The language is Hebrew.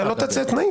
אתה לא תציע תנאים.